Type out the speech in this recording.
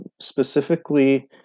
specifically